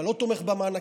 אתה לא תומך במענקים?